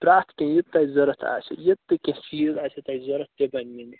پرٛٮ۪تھ کیٚنٛہہ یہ تۄہہِ ضروٗرت آسوٕ یہِ تہِ کیٚنٛہہ چیٖز آسوٕ تۅہہِ ضروٗرت تہِ بنہِ مےٚ نِش